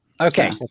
okay